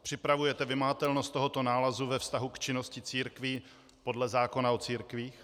Připravujete vymahatelnost tohoto nálezu ve vztahu k činnosti církví podle zákona o církvích?